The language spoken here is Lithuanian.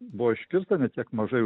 buvo iškirsta ne tiek mažai